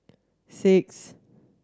six